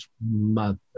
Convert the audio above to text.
mother